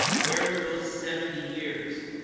where were those seventy years?